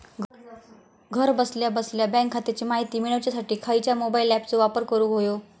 घरा बसल्या बसल्या बँक खात्याची माहिती मिळाच्यासाठी खायच्या मोबाईल ॲपाचो वापर करूक होयो?